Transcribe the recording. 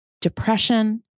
Depression